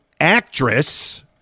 actress